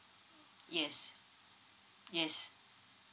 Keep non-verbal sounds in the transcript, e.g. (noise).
(noise) yes yes